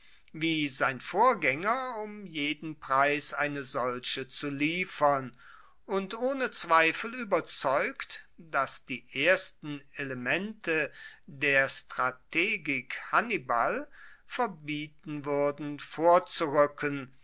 wie sein vorgaenger um jeden preis eine solche zu liefern und ohne zweifel ueberzeugt dass die ersten elemente der strategik hannibal verbieten wuerden vorzuruecken